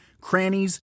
crannies